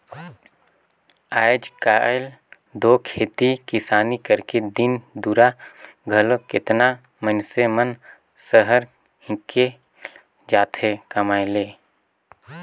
आएज काएल दो खेती किसानी करेक दिन दुरा में घलो केतना मइनसे मन सहर हिंकेल जाथें कमाए ले